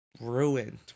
ruined